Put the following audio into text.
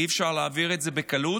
אי-אפשר להעביר את זה בקלות,